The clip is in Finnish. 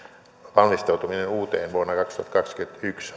valmistautumisen uuteen vuonna kaksituhattakaksikymmentäyksi